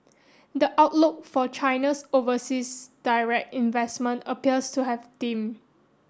the outlook for China's overseas direct investment appears to have dim